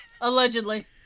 allegedly